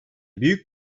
büyük